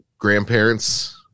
Grandparents